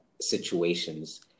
situations